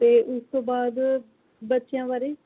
ਅਤੇ ਉਸ ਤੋਂ ਬਾਅਦ ਬੱਚਿਆਂ ਬਾਰੇ